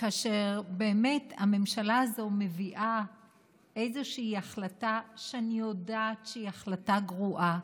כאשר הממשלה הזאת מביאה איזושהי החלטה שאני יודעת שהיא החלטה גרועה,